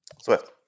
Swift